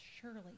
surely